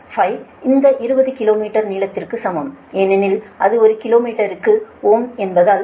0195 அந்த 20 கிலோமீட்டர் நீளத்திற்கு சமம் ஏனெனில் அது ஒரு கிலோமீட்டருக்கு ஓம் என்பதால்